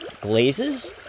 glazes